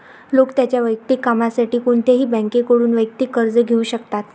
लोक त्यांच्या वैयक्तिक कामासाठी कोणत्याही बँकेकडून वैयक्तिक कर्ज घेऊ शकतात